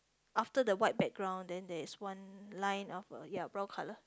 after the white background then there's one line of a ya brown colour